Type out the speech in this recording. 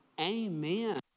amen